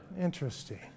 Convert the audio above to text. Interesting